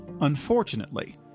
Unfortunately